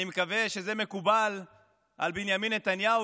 אני מקווה שזה מקובל על בנימין נתניהו